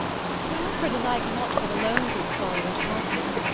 for alfred and i cannot go alone through the sorrow and heartache.